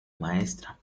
maestra